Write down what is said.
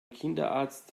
kinderarzt